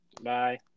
Bye